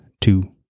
two